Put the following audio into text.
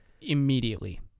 immediately